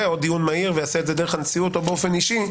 זה דיון מהיר ויעשה את דרך הנשיאות או באופן אישי,